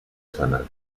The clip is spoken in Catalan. senat